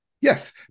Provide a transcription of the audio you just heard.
Yes